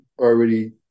already